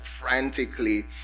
frantically